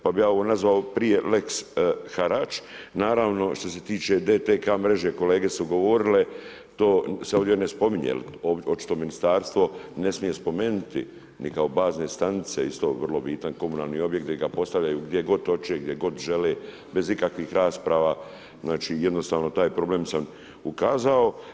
Pa bi ja ovo nazvao prije lex harač, naravno što se tiče DTK mreže, kolege su govorile, to se ovdje ne spominje, jer to očito ministarstvo ne smije spomenuti, niti kao bazne stanice, isto vrlo bitan komunalni objekt, gdje ga postavljaju gdje god hoće, gdje god žele, bez ikakvih rasprava, znači jednostavno taj problem sam ukazao.